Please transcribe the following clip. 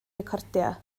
recordio